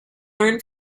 learn